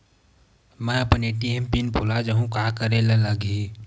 मैं अपन ATM PIN भुला जहु का करे ला लगही?